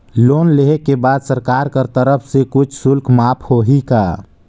Loan लेहे के बाद सरकार कर तरफ से कुछ शुल्क माफ होही का?